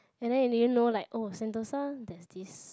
and then do you know like oh Sentosa there is this